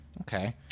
Okay